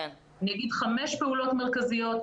אני אומר חמש פעולות מרכזיות.